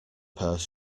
purse